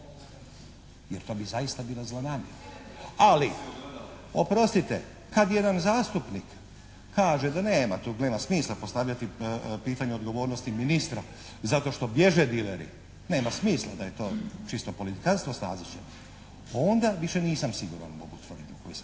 Jer to bi zaista bila zlonamjera. Ali, oprostite, kad jedan zastupnik kaže da nema tu, nema smisla postavljati pitanje odgovornosti ministra zato što bježe dileri, nema smisla da je to čisto politikanstvo Staziću, onda više nisam siguran u ovu tvrdnju koju sam